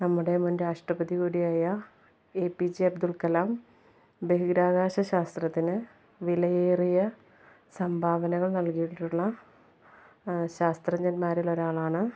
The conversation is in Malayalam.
നമ്മുടെ മുൻ രാഷ്ട്രപതി കൂടിയായ എപിജെ അബ്ദുൽ കലാം ബഹിരാകാശ ശാസ്ത്രത്തിന് വിലയേറിയ സംഭാവനകൾ നൽകിയിട്ടുള്ള ശാസ്ത്രജ്ഞന്മാരിൽ ഒരാളാണ്